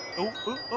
ooh,